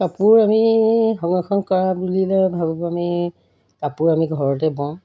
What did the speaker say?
কাপোৰ আমি সংৰক্ষণ কৰা বুলিলে ভাবোঁ আমি কাপোৰ আমি ঘৰতে বওঁ